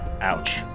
Ouch